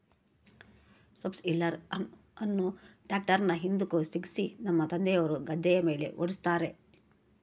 subsoiler ಅನ್ನು ಟ್ರ್ಯಾಕ್ಟರ್ನ ಹಿಂದುಕ ಸಿಕ್ಕಿಸಿ ನನ್ನ ತಂದೆಯವರು ಗದ್ದೆಯ ಮೇಲೆ ಓಡಿಸುತ್ತಾರೆ